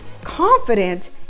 confident